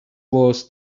was